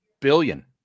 Billion